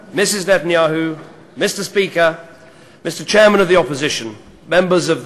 הוא אוזל לא בגלל ישראל אלא בגלל סירובם המתמשך של הפלסטינים